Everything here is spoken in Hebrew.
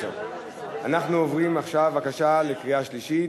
אנחנו עוברים עכשיו, בבקשה, לקריאה שלישית.